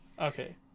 Okay